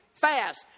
fast